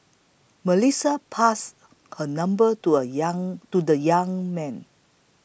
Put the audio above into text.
Melissa passed her number to a young to the young man